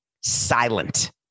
Silent